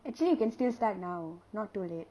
actually you can still start now not too late